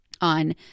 on